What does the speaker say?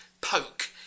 poke